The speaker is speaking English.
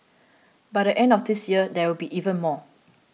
by the end of this year there will be even more